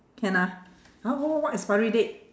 can ah !huh! what what what expiry date